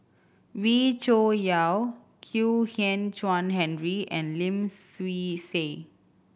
Wee Cho Yaw Kwek Hian Chuan Henry and Lim Swee Say